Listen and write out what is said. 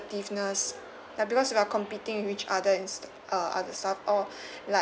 ~tiveness ya because we are competing with each other and s~ uh other stuff all like